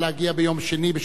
ב-18:30,